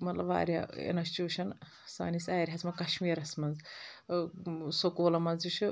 مطلب واریاہ اِنَسٹیوٗشَن سٲنِس ایریاہَس منٛز کَشمیٖرَس منٛز سکوٗلَن منٛز تہِ چھُ